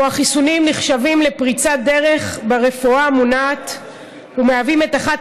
שבו החיסונים נחשבים לפריצת דרך ברפואה המונעת ומהווים את אחת